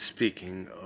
Speaking